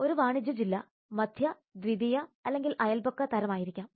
ഒരു വാണിജ്യ ജില്ല മധ്യ ദ്വിതീയ അല്ലെങ്കിൽ അയൽപക്ക തരമായിരിക്കാം